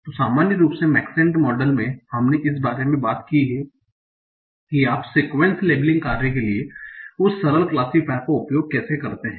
तो सामान्य रूप से मैक्सेंट मॉडल में हमने इस बारे में बात की कि आप सीक्वेंस लेबलिंग कार्य के लिए उस सरल क्लासिफायर का उपयोग कैसे करते हैं